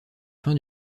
fin